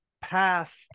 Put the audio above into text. past